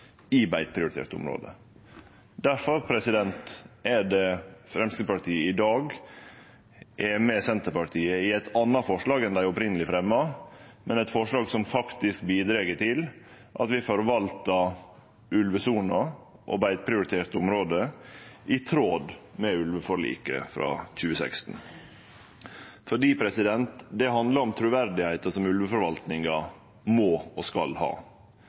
i beiteprioritert område. Difor er Framstegspartiet i dag med Senterpartiet i eit anna forslag enn det dei opphaveleg fremja, eit forslag som faktisk bidreg til at vi forvaltar ulvesona og beiteprioritert område i tråd med ulveforliket frå 2016, fordi det handlar om truverdet, som ulveforvaltninga må og skal ha.